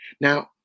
now